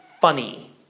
funny